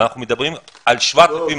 ואנחנו מדברים על 7,000 איש --- לא,